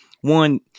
One